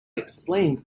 explained